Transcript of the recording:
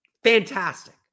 fantastic